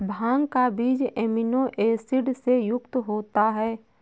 भांग का बीज amino acid से युक्त होता है